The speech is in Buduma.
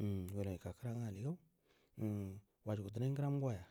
umm waja gu da nai nguram go ya.